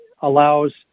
allows